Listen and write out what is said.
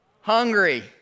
Hungry